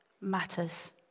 matters